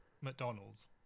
mcdonald's